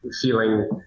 feeling